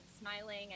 smiling